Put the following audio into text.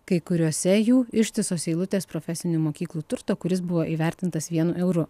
kai kuriose jų ištisos eilutės profesinių mokyklų turto kuris buvo įvertintas vienu euru